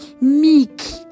meek